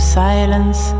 silence